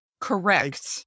Correct